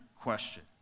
question